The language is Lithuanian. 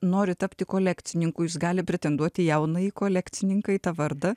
nori tapti kolekcininku jis gali pretenduoti į jaunąjį kolekcininką į tą vardą